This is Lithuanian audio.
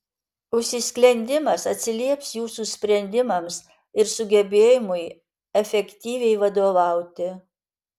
užsisklendimas atsilieps jūsų sprendimams ir sugebėjimui efektyviai vadovauti